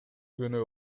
күнү